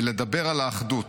בלדבר על האחדות,